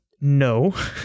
no